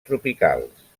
tropicals